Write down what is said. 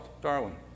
Darwin